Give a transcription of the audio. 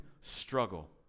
struggle